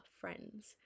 friends